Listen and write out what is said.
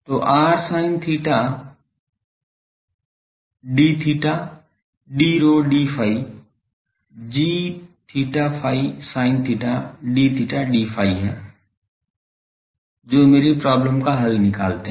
तो r sin dta d rho d phi g𝛳ϕ sin theta d theta d phi है जो मेरी problem का हल निकालते हैं